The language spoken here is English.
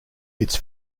its